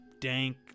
dank